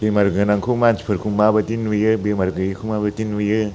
बेमार गोनांखौ मानसिफोरखौ माबादि नुयो बेमार गैयैखौ माबादि नुयो